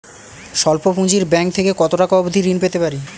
স্বল্প পুঁজির ব্যাংক থেকে কত টাকা অবধি ঋণ পেতে পারি?